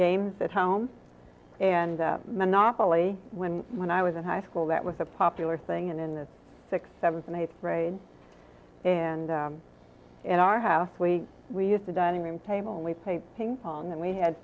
games at home and monopoly when when i was in high school that was a popular thing and in the sixth seventh and eighth grade and in our house we we had the dining room table and we pay ping pong and we had